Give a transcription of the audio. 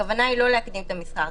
הכוונה היא לא להקדים את המסחר.